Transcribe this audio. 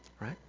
Right